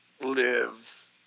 lives